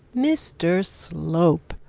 mr slope!